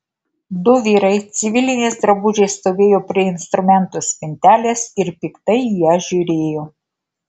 du vyrai civiliniais drabužiais stovėjo prie instrumentų spintelės ir piktai į ją žiūrėjo